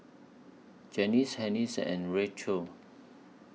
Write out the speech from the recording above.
Janice and Richelle